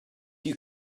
you